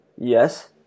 yes